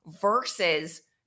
versus